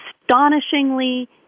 astonishingly